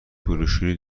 بروشوری